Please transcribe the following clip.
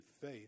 faith